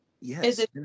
yes